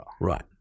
Right